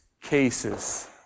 cases